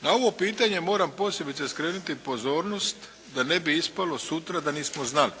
Na ovo pitanje moram posebice skrenuti pozornost da ne bi ispalo sutra da nismo znali,